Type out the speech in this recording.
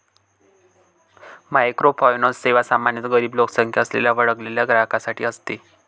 microfinance सेवा सामान्यतः गरीब लोकसंख्या असलेल्या वगळलेल्या ग्राहकांसाठी असते